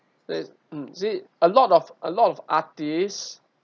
there's mm see a lot of a lot of artist